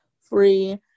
free